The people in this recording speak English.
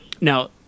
Now